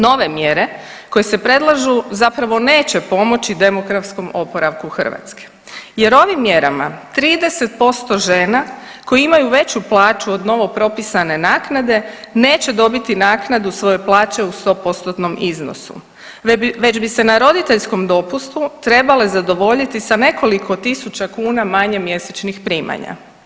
Nove mjere koje se predlažu zapravo neće pomoći demografskom oporavku Hrvatske jer ovim mjerama 30% žena koje imaju veću plaću od novo propisane naknade neće dobiti naknadu svoje plaće u 100%-tnom iznosu već bi se na roditeljskom dopustu trebale zadovoljiti sa nekoliko tisuća kuna manje mjesečnih primanja.